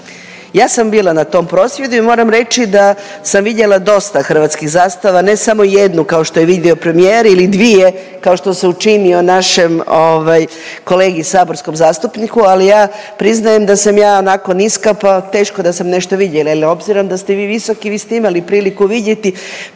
Ja sam bila na tom prosvjedu i moram reći da sam vidjela dosta hrvatskih zastava, ne samo jednu kao što je vidio premijer ili dvije kao što se učinio našem kolegi saborskom zastupniku ali ja priznajem da sam ja nakon iskapa teško da sam nešto vidjela jer obzirom da ste vi visoki, vi ste imali priliku vidjeti.